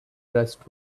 rust